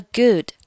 good